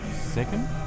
Second